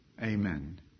Amen